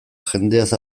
jendeaz